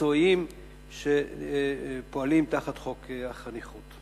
מקצועיים שפועלים תחת חוק החניכות.